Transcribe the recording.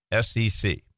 SEC